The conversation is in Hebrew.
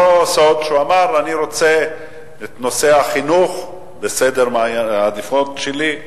זה לא סוד שהוא אמר: אני רוצה את נושא החינוך בראש סדר העדיפויות שלי,